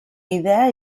idea